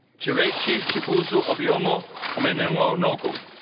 cherechi chibuzo obioma um and and like emenogu.